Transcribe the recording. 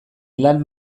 lan